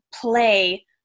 play